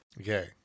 Okay